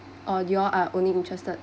or you all are only interested